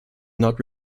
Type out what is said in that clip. not